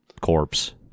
corpse